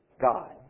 God